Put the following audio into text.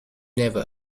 never